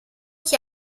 chi